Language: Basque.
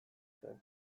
zen